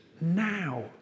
now